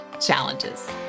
challenges